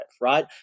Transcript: right